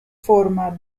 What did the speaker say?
forma